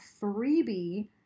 freebie